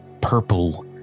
purple